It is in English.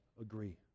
agree